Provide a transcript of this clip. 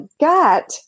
gut